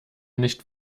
nicht